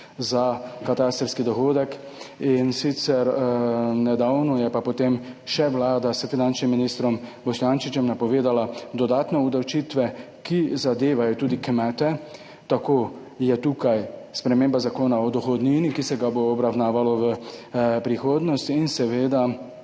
za katastrski dohodek. Nedavno je pa potem še Vlada s finančnim ministrom Boštjančičem napovedala dodatne obdavčitve, ki zadevajo tudi kmete. Tako je tukaj sprememba Zakona o dohodnini, ki se ga bo obravnavalo v prihodnosti in v